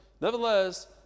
nevertheless